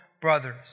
brothers